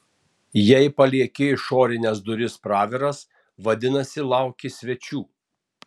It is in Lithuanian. jei palieki išorines duris praviras vadinasi lauki svečių